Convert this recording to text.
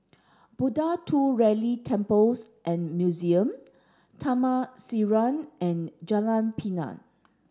Buddha Tooth Relic Temples and Museum Taman Sireh and Jalan Pinang